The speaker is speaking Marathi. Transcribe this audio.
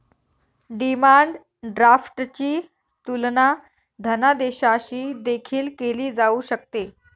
डिमांड ड्राफ्टची तुलना धनादेशाशी देखील केली जाऊ शकते